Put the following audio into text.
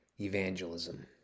evangelism